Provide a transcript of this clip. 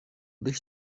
dış